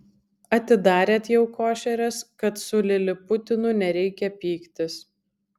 atidarėt jau košeres kad su liliputinu nereikia pyktis